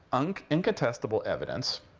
and incontestable evidence,